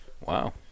Wow